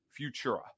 Futura